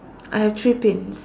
I have three pins